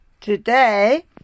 Today